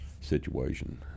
situation